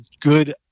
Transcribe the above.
good